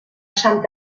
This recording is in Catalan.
santa